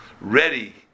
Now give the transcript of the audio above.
ready